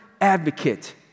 Advocate